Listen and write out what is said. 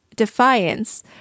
defiance